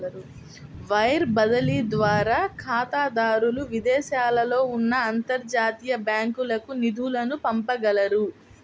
wire బదిలీ ద్వారా ఖాతాదారులు విదేశాలలో ఉన్న అంతర్జాతీయ బ్యాంకులకు నిధులను పంపగలరు